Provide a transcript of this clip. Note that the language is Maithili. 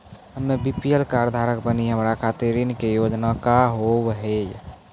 हम्मे बी.पी.एल कार्ड धारक बानि हमारा खातिर ऋण के योजना का होव हेय?